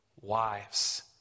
Wives